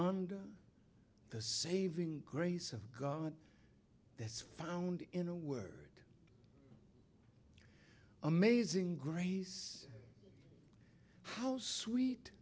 under the saving grace of god that's found in a word amazing grace how sweet